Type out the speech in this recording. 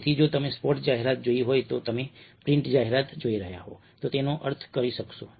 તેથી જો તમે સ્પોટ જાહેરાત જોઈ હોય જો તમે પ્રિન્ટ જાહેરાત જોઈ રહ્યા હોવ તો તમે તેનો અર્થ કરી શકશો